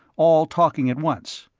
all talking at once.